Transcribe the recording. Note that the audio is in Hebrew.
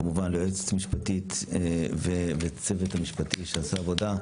כמובן ליועצת המשפטי ולצוות המשפטי שעשה את העבודה,